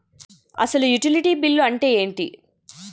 అసలు utility bill అంతే ఎంటి?